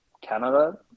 Canada